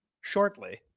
shortly